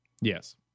Yes